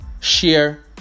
share